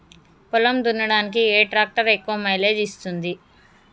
పొలం దున్నడానికి ఏ ట్రాక్టర్ ఎక్కువ మైలేజ్ ఇస్తుంది?